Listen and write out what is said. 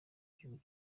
gihugu